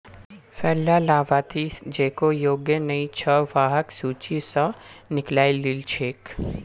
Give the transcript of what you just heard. वैला लाभार्थि जेको योग्य नइ छ वहाक सूची स निकलइ दिल छेक